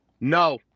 No